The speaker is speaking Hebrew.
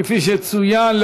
כפי שצוין,